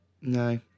No